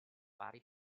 vari